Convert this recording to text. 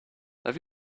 have